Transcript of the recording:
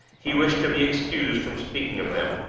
he wished to be excused from speaking of them.